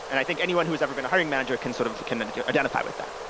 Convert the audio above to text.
and i think anyone who has ever been a hiring manager can sort of can and identify with that.